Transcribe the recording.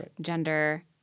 gender